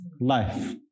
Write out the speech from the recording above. life